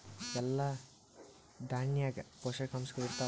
ಎಲ್ಲಾ ದಾಣ್ಯಾಗ ಪೋಷಕಾಂಶಗಳು ಇರತ್ತಾವ?